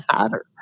matter